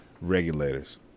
Regulators